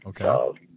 Okay